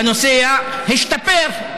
לנוסע, השתפר.